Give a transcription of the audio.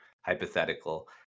hypothetical